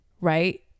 right